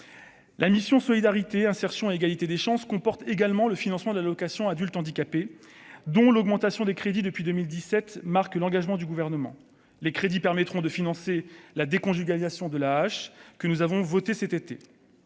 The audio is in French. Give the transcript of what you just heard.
la mission Solidarité, insertion et égalité des chances, comporte également le financement de l'allocation adulte handicapé, dont l'augmentation des crédits depuis 2017 marque l'engagement du gouvernement les crédits permettront de financer la déconjugalisation de la que nous avons voté cet été,